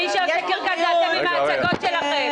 מי שעושה קרקס זה אתם עם ההצגות שלכם.